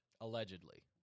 Allegedly